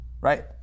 right